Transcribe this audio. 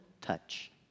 touch